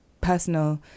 personal